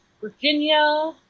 Virginia